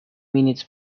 minutes